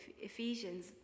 Ephesians